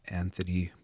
Anthony